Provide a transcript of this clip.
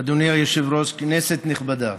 אדוני היושב-ראש, כנסת נכבדה,